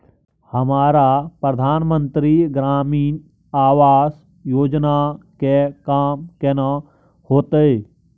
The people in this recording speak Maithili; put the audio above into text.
हमरा प्रधानमंत्री ग्रामीण आवास योजना के काम केना होतय?